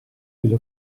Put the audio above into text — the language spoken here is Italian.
delle